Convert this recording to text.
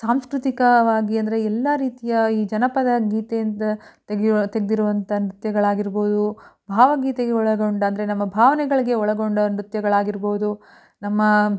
ಸಾಂಸ್ಕೃತಿಕವಾಗಿ ಅಂದರೆ ಎಲ್ಲ ರೀತಿಯ ಈ ಜನಪದ ಗೀತೆಯಿಂದ ತೆಗೆಯುವ ತೆಗೆದಿರುವಂಥ ನೃತ್ಯಗಳಾಗಿರ್ಬೋದು ಭಾವಗೀತೆಗೆ ಒಳಗೊಂಡ ಅಂದರೆ ನಮ್ಮ ಭಾವನೆಗಳಿಗೆ ಒಳಗೊಂಡ ನೃತ್ಯಗಳಾಗಿರ್ಬೋದು ನಮ್ಮ